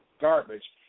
garbage